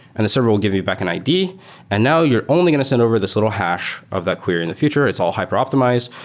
and the server will give you back an id and now you're only going to send over this little hash of that query in the future. it's all hyper-optimized.